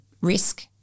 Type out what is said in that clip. risk